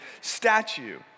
statue